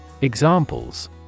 Examples